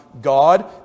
God